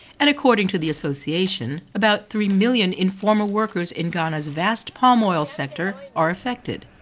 and according to the association about three million informal workers in ghana's vast palm oil sector are affected.